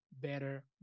better